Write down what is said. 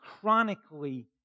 chronically